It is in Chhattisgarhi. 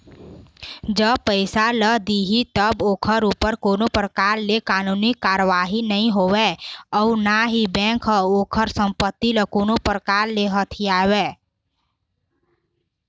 जब पइसा ल दिही तब ओखर ऊपर कोनो परकार ले कानूनी कारवाही नई होवय अउ ना ही बेंक ह ओखर संपत्ति ल कोनो परकार ले हथियावय